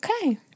Okay